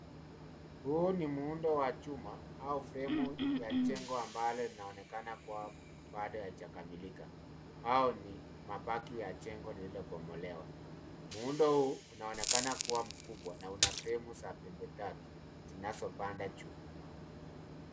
Hi ni muundo wa chuma au fremu ya jengo ambalo linaonekana kuwa bado haijakamilika au ni mabaki ya jengo lililo bomolewa. Muundo huu unaonekana kuwa mkubwa na una fremu za pembe tatu zinazo panda juu.